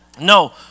no